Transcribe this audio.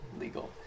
legal